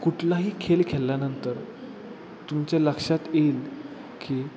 कुठलाही खेळ खेळल्यानंतर तुमच्या लक्षात येईल की